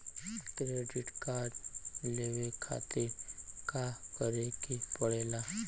Credit card लेवे खातिर का करे के पड़ेला?